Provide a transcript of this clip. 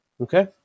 Okay